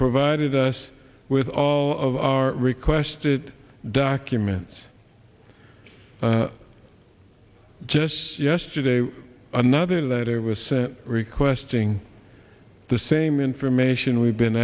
provided us with all of our requested documents just yesterday another letter was sent requesting the same information we've been